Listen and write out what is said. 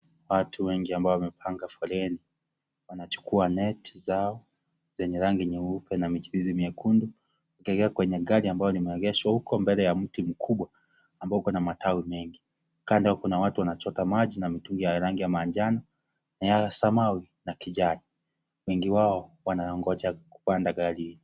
Watu wengi ambao wamepanga foleni, wanachukua neti zao zenye rangi nyeupe na mijilisi mwekundu tegea kwenye gari ambalo limeegeshwa uko mbele ya mti mkubwa ambao uko na matawi mengi, kando kuna watu wanachota maji na mitungi ya rangi ya manjano na ya samawi na kijani, wengi wao wanangoja kupanda gari.